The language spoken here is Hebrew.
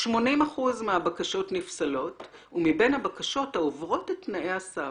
80% מהבקשות נפסלות מבין הבקשות העוברות את תנאי הסף.